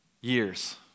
years